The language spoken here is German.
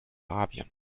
arabien